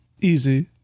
Easy